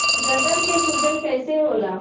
गर्दन के सूजन कईसे होला?